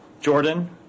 Jordan